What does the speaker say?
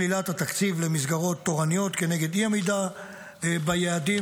שלילת התקצוב למסגרות תורניות כנגד אי-עמידה ביעדים.